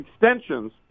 extensions